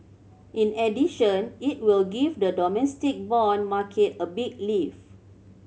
in addition it will give the domestic bond market a big lift